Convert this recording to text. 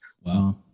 Wow